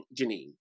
Janine